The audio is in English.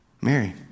Mary